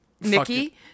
Nikki